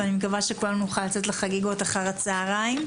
ואני מקווה שכולנו נוכל לצאת לחגיגות אחר הצהריים.